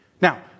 Now